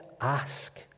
ask